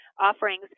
offerings